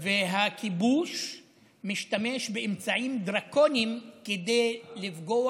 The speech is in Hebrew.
והכיבוש משתמש באמצעים דרקוניים כדי לפגוע